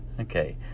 Okay